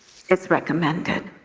it's recommended.